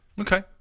Okay